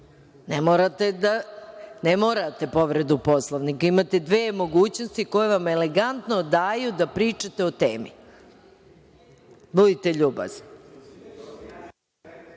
Ne morate povredu Poslovnika, imate dve mogućnosti koje vam elegantno daju da pričate o temi. Molim vas,